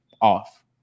off